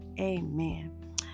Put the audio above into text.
amen